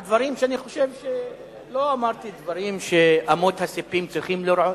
אני חושב שלא אמרתי דברים שאמות הספים צריכות לרעוד.